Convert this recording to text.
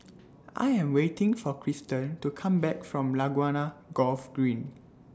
I Am waiting For Kristan to Come Back from Laguna Golf Green